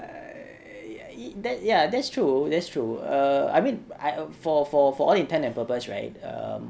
uh err ya that's true that's true err I mean I for for for all intents and purpose right